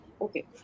Okay